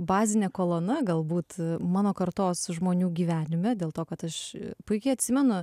bazinė kolona galbūt mano kartos žmonių gyvenime dėl to kad aš puikiai atsimenu